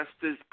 Justice